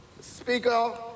Speaker